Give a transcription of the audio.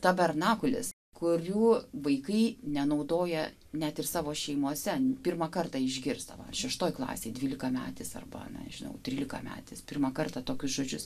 tabernakulis kurių vaikai nenaudoja net ir savo šeimose pirmą kartą išgirsta šeštoje klasėje dvylikametis arba na nežinau trylikametis pirmą kartą tokius žodžius